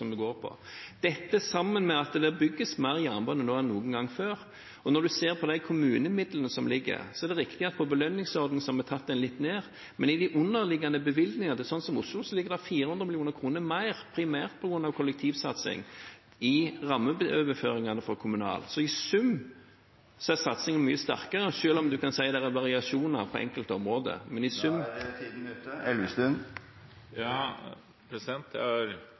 går på. Det bygges mer jernbane nå enn noen gang før, og når en ser på kommunemidlene, er det riktig at vi har gått litt ned på belønningsordningene, men i de underliggende bevilgningene, f.eks. til Oslo, ligger det 400 mill. kr mer primært på grunn av kollektivsatsing i rammeoverføringene på kommunalområdet. Så i sum er satsingen mye sterkere selv om en kan si det er variasjoner på enkelte områder. Jeg har stor respekt for statsrådens tro, og jeg har